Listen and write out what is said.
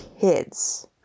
kids